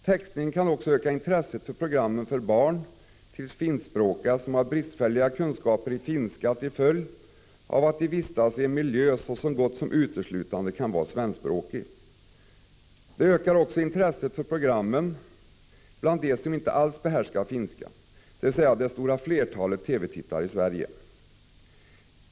Textningen kan också höja intresset för programmen hos barn till finskspråkiga som har bristfälliga kunskaper i finska till följd av att de vistas i en miljö som så gott som uteslutande kan vara svenskspråkig. Det ökar också intresset för programmen bland dem som inte alls behärskar finska, dvs. det stora flertalet TV-tittare i Sverige.